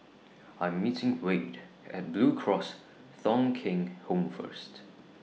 I'm meeting Wade At Blue Cross Thong Kheng Home First